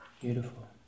beautiful